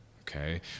okay